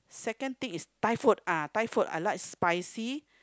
second thing is Thai food ah Thai food I like spicy